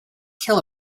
kill